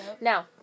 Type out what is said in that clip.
Now